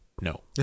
No